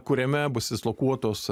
kuriame bus dislokuotos